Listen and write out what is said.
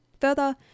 Further